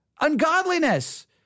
ungodliness